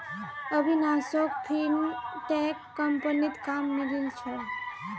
अविनाशोक फिनटेक कंपनीत काम मिलील छ